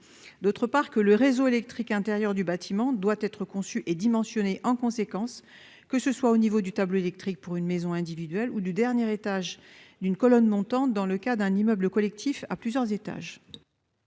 d'autre part que le réseau électrique intérieure du bâtiment doit être conçu et dimensionné en conséquence, que ce soit au niveau du tableau électrique pour une maison individuelle ou du dernier étage d'une colonne montante dans le cas d'un immeuble collectif à plusieurs étages.